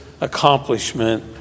accomplishment